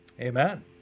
Amen